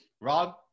Rob